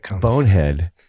Bonehead